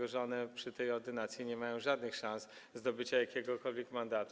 One przy tej ordynacji nie mają żadnych szans zdobycia jakiegokolwiek mandatu.